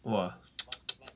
!wah!